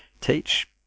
Teach